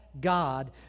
God